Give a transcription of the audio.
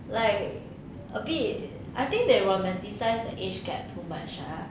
like a bit I think they romanticise the age gap too much ah